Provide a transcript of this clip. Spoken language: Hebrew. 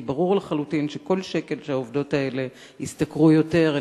כי ברור לחלוטין שכל שקל שהעובדות האלה ישתכרו יותר,